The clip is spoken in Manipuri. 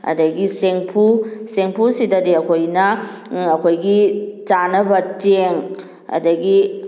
ꯑꯗꯨꯗꯒꯤ ꯆꯦꯡꯐꯨ ꯆꯦꯡꯐꯨꯁꯤꯗꯗꯤ ꯑꯩꯈꯣꯏꯅ ꯑꯩꯈꯣꯏꯒꯤ ꯆꯥꯅꯕ ꯆꯦꯡ ꯑꯗꯨꯗꯒꯤ